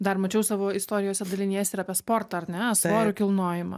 dar mačiau savo istorijose daliniesi ir apie sportą ar ne svorio kilnojimą